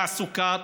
תעסוקה,